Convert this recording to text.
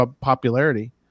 popularity